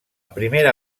primera